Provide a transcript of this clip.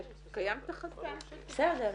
קיים את החסם של ה --- בסדר,